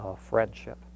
friendship